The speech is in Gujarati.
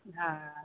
હા